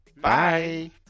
Bye